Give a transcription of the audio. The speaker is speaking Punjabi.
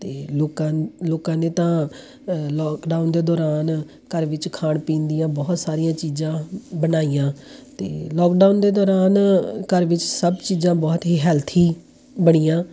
ਅਤੇ ਲੋਕਾਂ ਲੋਕਾਂ ਨੇ ਤਾਂ ਲੋਕਡਾਊਨ ਦੇ ਦੌਰਾਨ ਘਰ ਵਿੱਚ ਖਾਣ ਪੀਣ ਦੀਆਂ ਬਹੁਤ ਸਾਰੀਆਂ ਚੀਜ਼ਾਂ ਬਣਾਈਆਂ ਅਤੇ ਲੋਕਡਾਊਨ ਦੇ ਦੌਰਾਨ ਘਰ ਵਿੱਚ ਸਭ ਚੀਜ਼ਾਂ ਬਹੁਤ ਹੀ ਹੈਲਥੀ ਬਣੀਆਂ